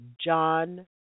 John